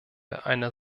einer